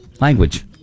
language